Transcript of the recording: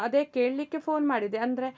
ಅದೇ ಕೇಳಲಿಕ್ಕೆ ಫೋನ್ ಮಾಡಿದೆ ಅಂದರೆ